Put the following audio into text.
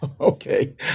Okay